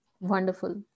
Wonderful